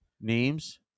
names